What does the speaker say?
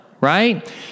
right